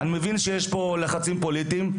אני מבין שיש פה לחצים פוליטיים.